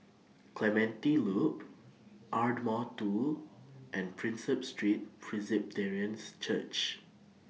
Clementi Loop Ardmore two and Prinsep Street Presbyterians Church